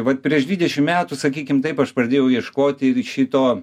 vat prieš dvidešim metų sakykim taip aš pradėjau ieškoti ir šito